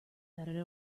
better